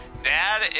Dad